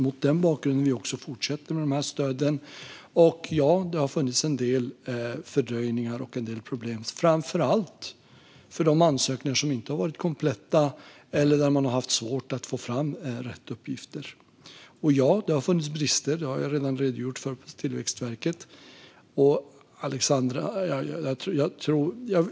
Mot den bakgrunden fortsätter vi med stöden. Ja, det har funnits en del fördröjningar och problem, framför allt för de ansökningar som inte har varit kompletta eller där man har haft svårt att få fram rätt uppgifter. Ja, det har funnits brister på Tillväxtverket.